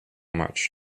much